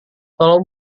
tolong